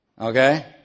Okay